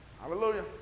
Hallelujah